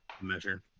measure